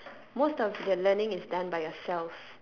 most of the learning is done by yourself